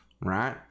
right